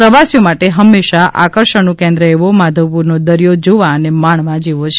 પ્રવાસીઓ માટે હંમેશા આકર્ષણનું કેન્દ્ર એવો માધવપુરનો દરિયો જોવા અને માણવા જેવો છે